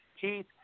Keith